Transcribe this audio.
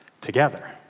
together